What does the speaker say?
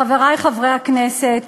חברי חברי הכנסת,